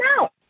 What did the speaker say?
out